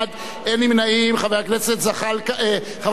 חברת הכנסת חנין,